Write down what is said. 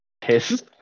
piss